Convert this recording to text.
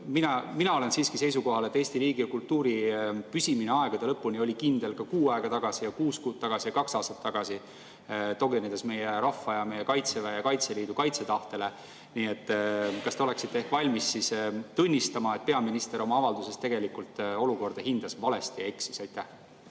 mina olen siiski seisukohal, et Eesti riigi ja kultuuri püsimine aegade lõpuni oli kindel ka kuu aega tagasi ja kuus kuud tagasi ja kaks aastat tagasi, tuginedes meie rahva ja meie Kaitseväe ja Kaitseliidu kaitsetahtele. Kas te oleksite valmis tunnistama, et peaminister oma avalduses tegelikult olukorda hindas valesti ja eksis? Aitäh!